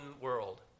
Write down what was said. world